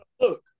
look